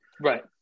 Right